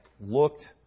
looked